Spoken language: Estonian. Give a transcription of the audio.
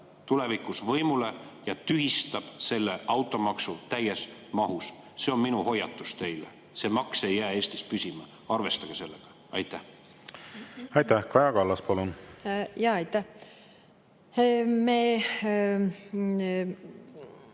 tulevikus võimule ja tühistab selle automaksu täies mahus. See on minu hoiatus teile. See maks ei jää Eestis püsima, arvestage sellega. Aitäh! Proua peaminister, ma kindlasti